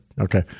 okay